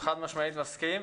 חד משמעית מסכים.